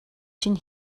чинь